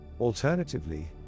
Alternatively